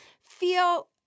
feel